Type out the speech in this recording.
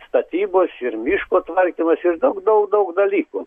statybos ir miško tvarkymas ir daug daug daug dalykų